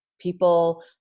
people